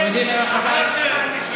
חברי הכנסת,